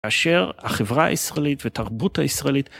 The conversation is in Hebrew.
כאשר החברה הישראלית ותרבות הישראלית